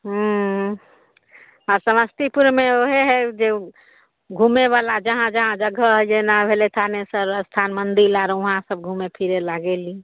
हूँ हँ समस्तीपुरमे ओएह है जे घुमय बला जहाँ जहाँ जगह है जेना भेलै थानेसर स्थान मन्दिर आर वहाँ से घुमय फिरय लए गेली